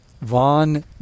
Von